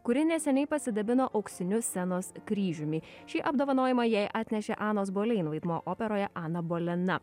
kuri neseniai pasidabino auksiniu scenos kryžiumi šį apdovanojimą jai atnešė anos bolen vaidmuo operoje ana bolena